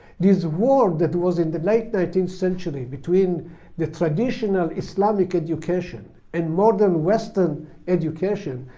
this war that was in the late nineteenth century between the traditional islamic education and modern western education,